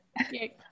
Okay